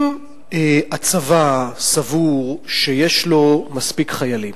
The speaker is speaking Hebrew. אם הצבא סבור שיש לו מספיק חיילים